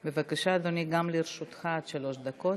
בבקשה, אדוני, גם לרשותך עד שלוש דקות.